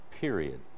period